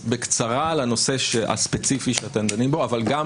בקצרה לנושא הספציפי שאתם דנים בו אבל גם